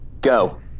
go